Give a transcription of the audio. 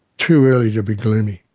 too early to be gloomy.